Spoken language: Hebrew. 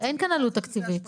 אין כאן עלות תקציבית.